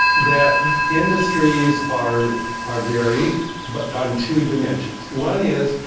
that industries are are varied but on two dimensions. one is,